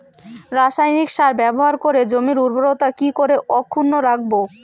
রাসায়নিক সার ব্যবহার করে জমির উর্বরতা কি করে অক্ষুণ্ন রাখবো